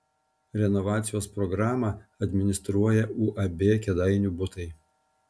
renovacijos programą administruoja uab kėdainių butai